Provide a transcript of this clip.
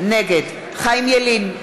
נגד חיים ילין,